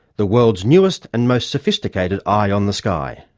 the world's newest and most sophisticated eye on the sky.